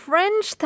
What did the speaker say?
French